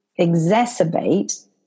exacerbate